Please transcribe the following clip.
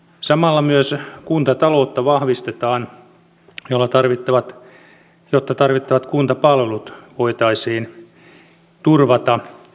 samalla myös kuntataloutta vahvistetaan jotta tarvittavat kuntapalvelut voitaisiin turvata